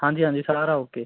ਹਾਂਜੀ ਹਾਂਜੀ ਸਾਰਾ ਓਕੇ